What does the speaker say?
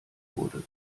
wurde